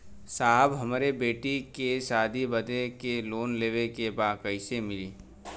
साहब हमरे बेटी के शादी बदे के लोन लेवे के बा कइसे मिलि?